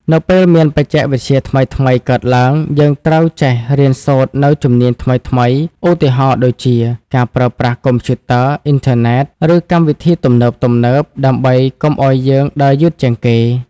នៅពេលមានបច្ចេកវិទ្យាថ្មីៗកើតឡើង យើងត្រូវចេះរៀនសូត្រនូវជំនាញថ្មីៗ ឧទាហរណ៍ដូចជាការប្រើប្រាស់កុំព្យូទ័រ អ៊ីនធឺណិត ឬកម្មវិធីទំនើបៗ ដើម្បីកុំឱ្យយើងដើរយឺតជាងគេ។